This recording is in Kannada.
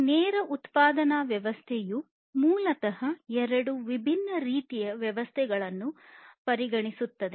ಈ ನೇರ ಉತ್ಪಾದನಾ ವ್ಯವಸ್ಥೆಯು ಮೂಲತಃ ಎರಡು ವಿಭಿನ್ನ ರೀತಿಯ ವ್ಯವಸ್ಥೆಗಳನ್ನು ಪರಿಗಣಿಸುತ್ತದೆ